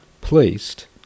placed